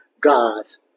God's